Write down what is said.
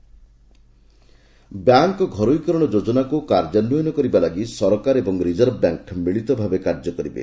Sitharaman bank ଘରୋଇ କରଣ ଯୋଜନାକୁ କାର୍ଯ୍ୟାନ୍ୱୟନ କରିବା ଲାଗି ସରକାର ଏବଂ ରିଜର୍ଭ ବ୍ୟାଙ୍କ୍ ମିଳିତ ଭାବେ କାର୍ଯ୍ୟ କରିବେ